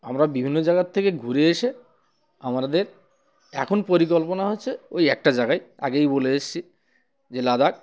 আমরা বিভিন্ন জায়গার থেকে ঘুরে এসে আমাদের এখন পরিকল্পনা হচ্ছে ওই একটা জায়গায় আগেই বলে এসেছি যে লাদাখ